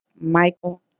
Michael